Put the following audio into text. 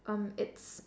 um its